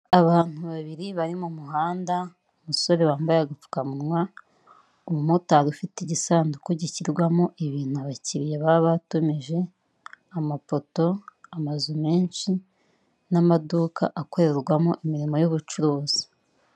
Abantu babiri bari mu muhanda umusore wambaye agapfukamunwa, umumotari ufite igisanduku gishyirwamo ibintu abakiriya baba batumije, amapoto, amazu menshi n'amaduka akorerwamo imirimo y'ubucuruzi.